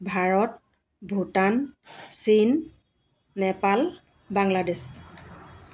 Bharat Bhutan Chin Nepal Bangladesh